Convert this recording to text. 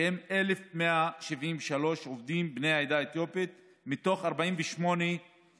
שהם 1,173 עובדים בני העדה האתיופית מתוך 48,398